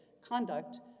conduct